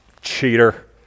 cheater